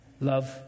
Love